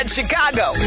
Chicago